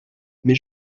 mais